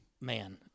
Man